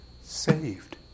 saved